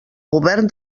govern